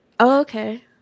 Okay